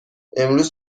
امروز